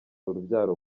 urubyaro